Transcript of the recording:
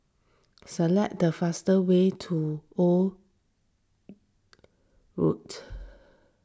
select the fast way to Old Road